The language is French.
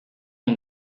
ont